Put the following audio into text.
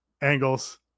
angles